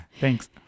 Thanks